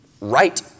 right